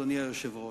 אדוני היושב-ראש: